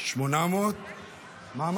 834 לא